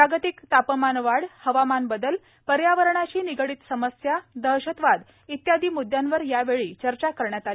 जागतिक तापमानवाढ हवामान बदल पर्यावरणाशी निगडित समस्या दहशत इत्यादी मुद्यांवर यावेळी चर्चा करण्यात आली